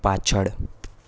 પાછળ